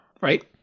Right